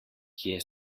kje